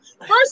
First